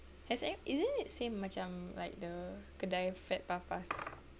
has any isn't it same macam like the kedai fat papas